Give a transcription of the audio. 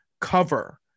cover